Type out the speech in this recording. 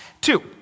Two